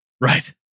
Right